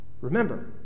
Remember